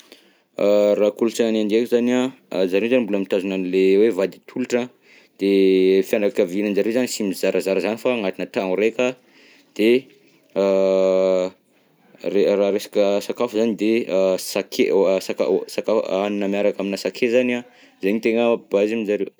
Raha kolontsainan'i Inde ndreky zany an, zareo zany mbola mitazona le hoe vady atolotra, de fianakaviananjareo zany sy mizarazara zany fa agnatina tragno raika, de a re- raha resaka sakafo zany de sake saka- sake- hanina miaraka aminà sakay zany an zay no tegna baseny zareo.